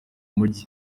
mujyi